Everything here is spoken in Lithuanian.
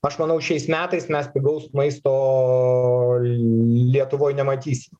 aš manau šiais metais mes pigaus maisto lietuvoj nematysim